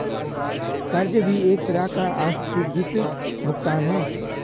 कर्ज भी एक तरह का आस्थगित भुगतान है